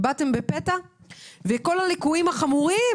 וכל הליקויים החמורים,